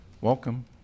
Welcome